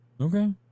okay